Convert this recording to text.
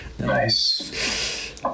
Nice